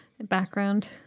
background